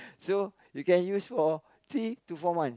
so you can use for three to four months